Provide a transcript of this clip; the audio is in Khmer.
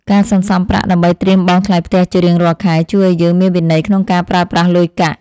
ការសន្សំប្រាក់ដើម្បីត្រៀមបង់ថ្លៃផ្ទះជារៀងរាល់ខែជួយឱ្យយើងមានវិន័យក្នុងការប្រើប្រាស់លុយកាក់។